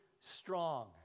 strong